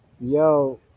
yo